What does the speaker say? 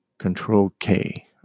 Control-K